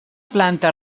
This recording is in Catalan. planta